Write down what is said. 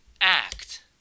Act